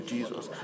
Jesus